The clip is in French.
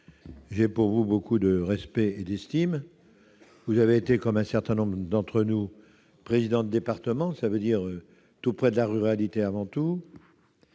J'ai pour vous beaucoup de respect et d'estime. Vous avez été, comme un certain nombre d'entre nous, président de département, donc tout près de la ruralité.